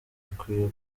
akwiye